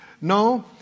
No